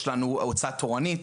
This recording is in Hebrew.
יש לנו הוצאה תורנית,